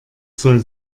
soll